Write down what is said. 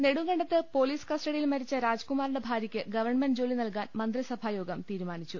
നെടുങ്കണ്ടത്ത് police കസ്റ്റഡിയിൽ മരിച്ച രാജ്കുമാറിന്റെ ഭാര്യയ്ക്ക് ഗവൺമെന്റ് ജോലി നൽകാൻ മന്ത്രിസഭായോഗം തീരു മാനിച്ചു